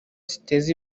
ziteza